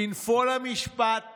בנפול המשפט